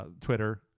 Twitter